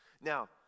Now